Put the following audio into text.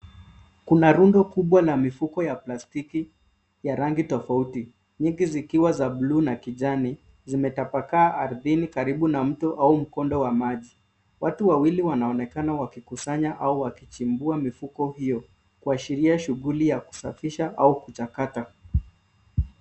Kuna rundo kubwa ya mifuko ya plastiki ya rangi tofauti nyingi zikiwa za buluu na kijani zimetapakaa ardhini karibu na mto au mkondo wa maji. Watu wawili wanaonekana wakikusanya au wakichimbua mifuko hiyo kuashiria shuguli ya kusafisha au kuchakata.